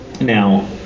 Now